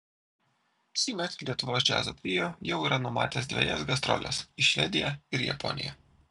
šįmet lietuvos džiazo trio jau yra numatęs dvejas gastroles į švediją ir japoniją